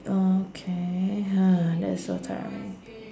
okay that's so tiring